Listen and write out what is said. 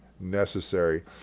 necessary